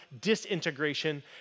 disintegration